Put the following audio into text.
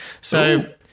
So-